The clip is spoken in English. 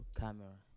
camera